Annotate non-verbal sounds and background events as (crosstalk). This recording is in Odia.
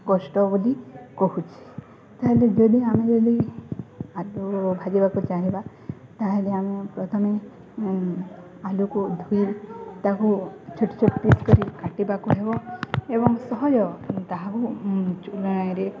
କଷ୍ଟ ବୋଲି କହୁଛି ତାହେଲେ ଯଦି ଆମେ ଯଦି ଆଳୁ ଭାଜିବାକୁ ଚାହିଁବା ତାହେଲେ ଆମେ ପ୍ରଥମେ ଆଳୁକୁ ଧୋଇ ତାହାକୁ ଛୋଟ ଛୋଟ ପିସ୍ କରି କାଟିବାକୁ ହେବ ଏବଂ ସହଜ ତାହାକୁ (unintelligible)